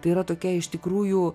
tai yra tokia iš tikrųjų